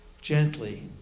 gently